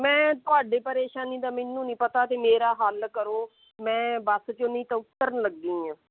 ਮੈਂ ਤੁਹਾਡੇ ਪਰੇਸ਼ਾਨੀ ਦਾ ਮੈਨੂੰ ਨਹੀਂ ਪਤਾ ਅਤੇ ਮੇਰਾ ਹੱਲ ਕਰੋ ਮੈਂ ਬੱਸ ਚੋਂ ਨਹੀਂ ਤਾਂ ਉਤਰਨ ਲੱਗੀ ਆ